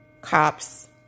cops